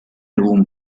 algún